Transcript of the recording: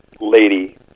lady